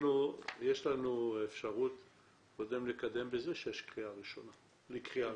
אנחנו, יש לנו אפשרות קודם לקדם לקריאה ראשונה.